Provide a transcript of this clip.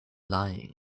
lying